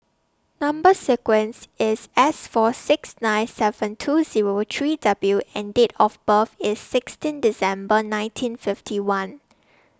Number sequence IS S four six nine seven two Zero three W and Date of birth IS sixteen December nineteen fifty one